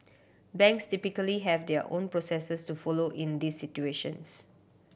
banks typically have their own processes to follow in these situations